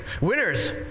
winners